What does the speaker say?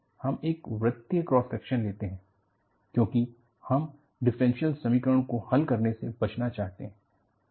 हम एक वृत्तीय क्रॉस सेक्शन लेते हैं क्योंकि हम डिफरेंशियल समीकरणों को हल करने से बचना चाहते हैं